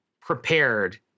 prepared